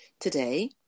Today